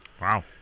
Wow